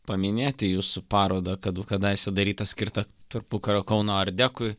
paminėti jūsų parodą kad kadaise darytą skirtą tarpukario kauno art dekui